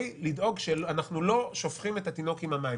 לדאוג שאנחנו לא שופכים את התינוק עם המים.